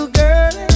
girl